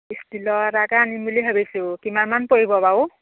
ইষ্টিলৰ এটাকে আনিম বুলি ভাবিছোঁ কিমান মান পৰিব বাৰু